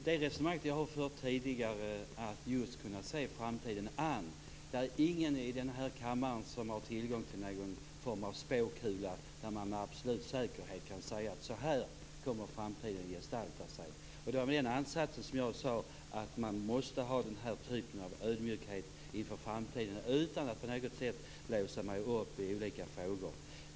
Herr talman! Jag har tidigare fört ett resonemang om att se framtiden an. Ingen i den här kammaren har tillgång till någon spåkula där man med absolut säkerhet kan säga: Så här kommer framtiden att gestalta sig. Det var med den ansatsen jag sade att man måste ha en typ av ödmjukhet inför framtiden utan att på något sätt låsa sig i olika frågor.